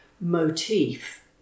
motif